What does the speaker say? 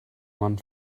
man